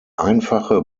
einfache